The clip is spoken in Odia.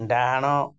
ଡ଼ାହାଣ